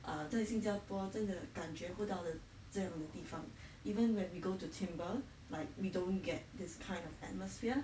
ah 在新加坡真的感觉不到这样的地方 even when we go to timbre like we don't get this kind of atmosphere